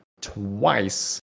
twice